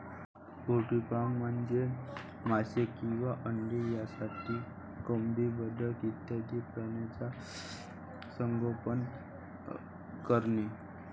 poultry farming म्हणजे मांस किंवा अंडी यासाठी कोंबडी, बदके इत्यादी प्राण्यांचे संगोपन करणे